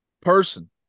person